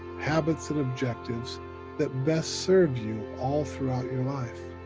habits and objectives that best serve you all throughout your life.